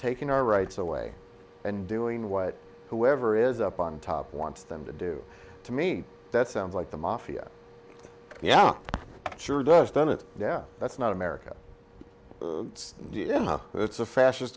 taking our rights away and doing what whoever is up on top wants them to do to me that sounds like the mafia yeah sure does dunnit yeah that's not america it's a fascist